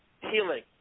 healing